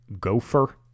gopher